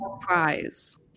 surprise